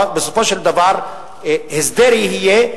אבל בסופו של דבר הסדר יהיה,